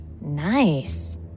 Nice